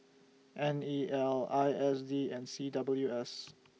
N E L I S D and C W S